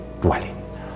dwelling